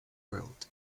world